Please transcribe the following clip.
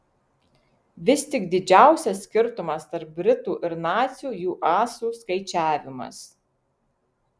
vis tik didžiausias skirtumas tarp britų ir nacių jų asų skaičiavimas